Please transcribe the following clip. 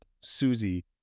Susie